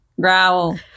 growl